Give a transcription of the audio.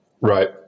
Right